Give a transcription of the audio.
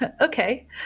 Okay